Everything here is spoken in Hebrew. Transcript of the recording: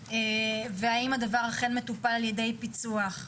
והאם הדבר אכן מטופל על-ידי פיצוח,